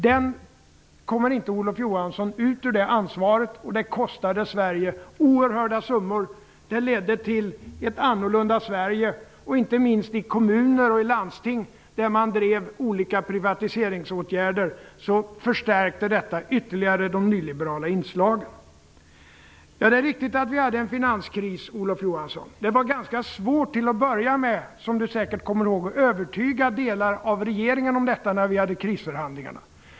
Olof Johansson kommer inte ut ur det ansvaret. Det kostade Sverige oerhörda summor. Det ledde till ett annorlunda Sverige, inte minst i kommuner och landsting där man drev olika privatiseringsåtgärder som förstärkte ytterligare de nyliberala inslagen. Det är riktigt att vi hade en finanskris, Olof Johansson. Det var ganska svårt till en början, som Olof Johansson säkert kommer ihåg, att övertyga delar av regeringen om detta när vi hade krisförhandlingarna.